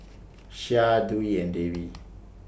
Syah Dwi and Dewi